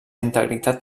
integritat